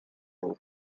room